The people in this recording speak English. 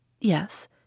Yes